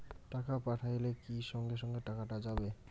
টাকা পাঠাইলে কি সঙ্গে সঙ্গে টাকাটা যাবে?